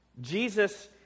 Jesus